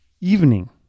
evening